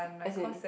as in